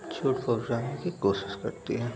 झूठ पकड़ाने की कोशिश करती है